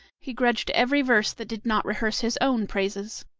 he grudged every verse that did not rehearse his own praises.